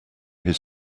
his